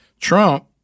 Trump